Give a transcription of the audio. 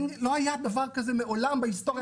לא היה דבר כזה מעולם בהיסטוריה.